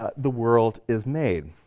ah the world is made,